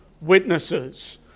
witnesses